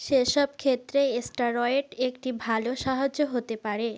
সেসব ক্ষেত্রে স্টেরয়েড একটি ভালো সাহায্য হতে পারে